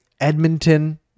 Edmonton